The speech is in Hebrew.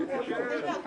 1 נמנעים,